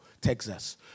Texas